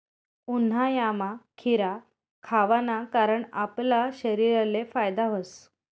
उन्हायामा खीरा खावाना कारण आपला शरीरले फायदा व्हस